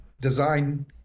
design